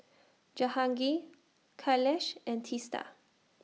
Jehangirr Kailash and Teesta